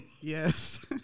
Yes